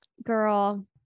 Girl